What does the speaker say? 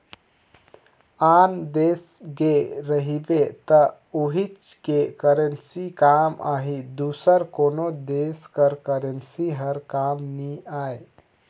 आन देस गे रहिबे त उहींच के करेंसी काम आही दूसर कोनो देस कर करेंसी हर काम नी आए